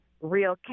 real